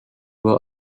were